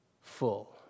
full